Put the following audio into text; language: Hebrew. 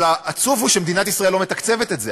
אבל העצוב הוא שמדינת ישראל לא מתקצבת את זה.